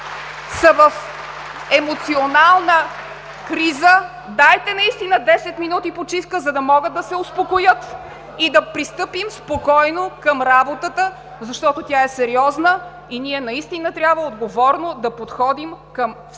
са в емоционална криза, дайте 10 минути почивка, за да могат да се успокоят и да пристъпим спокойно към работата, защото тя е сериозна и ние наистина трябва да подходим отговорно